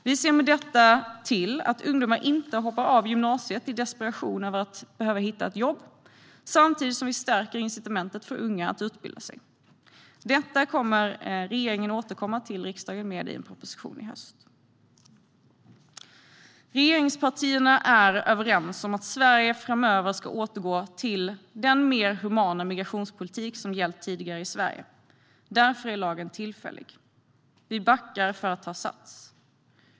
Vi ser med detta till att ungdomar inte hoppar av gymnasiet i desperation över att behöva hitta ett jobb samtidigt som vi stärker incitamentet för unga att utbilda sig. Detta kommer regeringen att återkomma till riksdagen med i en proposition i höst. Regeringspartierna är överens om att Sverige framöver ska återgå till den mer humana migrationspolitik som gällt tidigare i Sverige. Därför är lagen tillfällig. Vi backar för att ta sats.